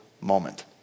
moment